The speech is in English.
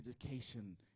education